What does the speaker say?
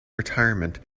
retirement